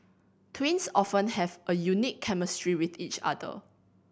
twins often have a unique chemistry with each other